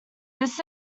this